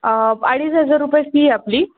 अडीच हजार रुपये फी आहे आपली